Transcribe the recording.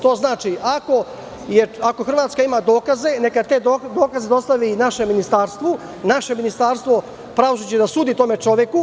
To znači, ako Hrvatska ima dokaze, neka te dokaze dostavi i našem ministarstvu, naše Ministarstvo pravosuđa će da sudi tom čoveku.